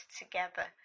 together